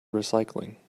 recycling